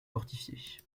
fortifiée